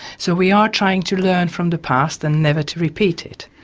so we are trying to learn from the past and never to repeat it.